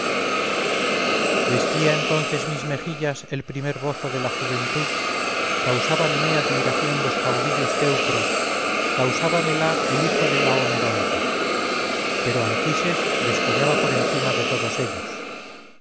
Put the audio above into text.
vestía entonces mis mejillas el primer bozo de la juventud causábame admiración los caudillos teucros causábamela el hijo de laomedonte pero anquises descollaba por encima de todos ellos